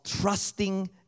trusting